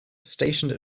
stationed